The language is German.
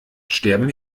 sterben